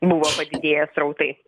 buvo padidėję srautai